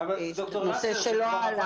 נושא שלא עלה.